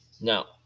Now